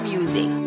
Music